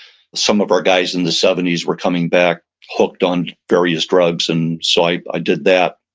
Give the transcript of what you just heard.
some of our guys in the seventy s were coming back hooked on various drugs. and so i did that.